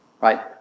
right